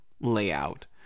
layout